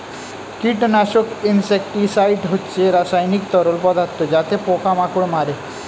কীটনাশক ইনসেক্টিসাইড হচ্ছে রাসায়নিক তরল পদার্থ যাতে পোকা মাকড় মারে